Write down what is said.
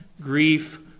grief